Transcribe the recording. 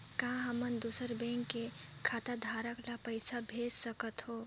का हमन दूसर बैंक के खाताधरक ल पइसा भेज सकथ हों?